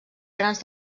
grans